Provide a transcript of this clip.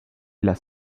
las